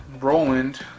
Roland